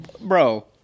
bro